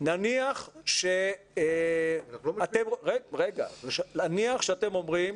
נניח שאתם אומרים,